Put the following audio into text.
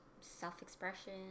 self-expression